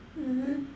mmhmm